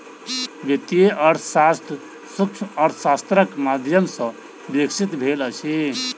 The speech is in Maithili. वित्तीय अर्थशास्त्र सूक्ष्म अर्थशास्त्रक माध्यम सॅ विकसित भेल अछि